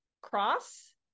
cross